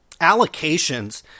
allocations